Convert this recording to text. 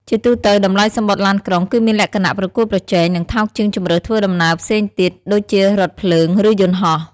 ជាទូទៅ តម្លៃសំបុត្រឡានក្រុង គឺមានលក្ខណៈប្រកួតប្រជែង និងថោកជាងជម្រើសធ្វើដំណើរផ្សេងទៀតដូចជារថភ្លើង ឬយន្តហោះ។